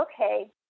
okay